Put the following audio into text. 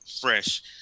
fresh